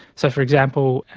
so, for example,